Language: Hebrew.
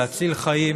להציל חיים,